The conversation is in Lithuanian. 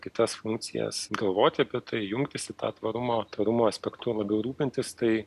kitas funkcijas galvoti apie tai jungtis į tą tvarumo tvarumo aspektu labiau rūpintis tai